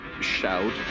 shout